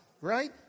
Right